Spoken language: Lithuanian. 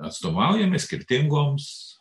atstovaujame skirtingoms